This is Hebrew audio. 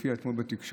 שהופיע אתמול בתקשורת,